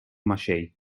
maché